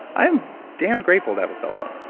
i'm damn grateful that was cell phone.